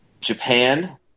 Japan